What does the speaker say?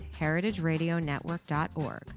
heritageradionetwork.org